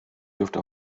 dürfte